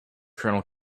kernel